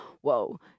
whoa